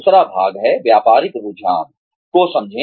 दूसरा भाग है व्यापारिक रुझानों को समझें